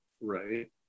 Right